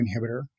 inhibitor